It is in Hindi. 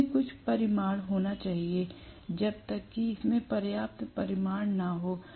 इसमें कुछ परिमाण होने चाहिए जब तक कि इसमें पर्याप्त परिमाण न हो